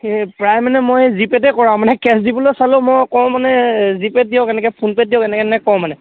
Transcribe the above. এই প্ৰায় মানে মই জিপে'তে কৰাওঁ মানে কেছ দিবলৈ চালেও মই কওঁ মানে জিপে'ত দিয়ক এনেকৈ ফোনপে'ত দিয়ক এনেকৈ তেনেকৈ কওঁ মানে